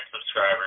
subscribers